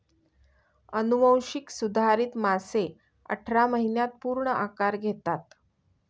अनुवांशिक सुधारित मासे अठरा महिन्यांत पूर्ण आकार घेतात